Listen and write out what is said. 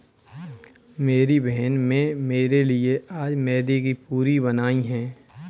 मेरी बहन में मेरे लिए आज मैदे की पूरी बनाई है